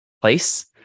place